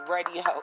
Radio